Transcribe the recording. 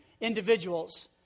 individuals